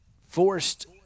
forced